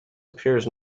appears